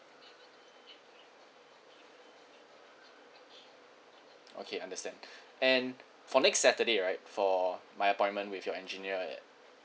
okay understand and for next saturday right for my appointment with your engineer at